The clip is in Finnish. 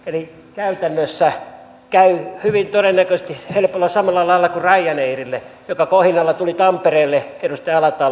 eli käytännössä käy hyvin todennäköisesti helposti samalla lailla kuin ryanairille joka kohinalla tuli tampereelle edustaja alatalo